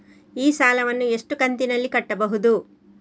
ಈ ಸಾಲವನ್ನು ಎಷ್ಟು ಕಂತಿನಲ್ಲಿ ಕಟ್ಟಬಹುದು?